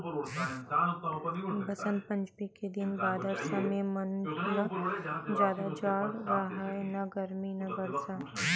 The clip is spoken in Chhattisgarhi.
बसंत पंचमी के दिन बादर समे म न जादा जाड़ राहय न गरमी न बरसा